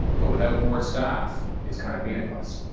but without more staff, it's kind of meaningless?